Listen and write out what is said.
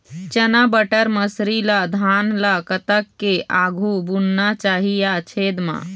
चना बटर मसरी ला धान ला कतक के आघु बुनना चाही या छेद मां?